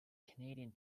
canadian